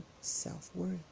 self-worth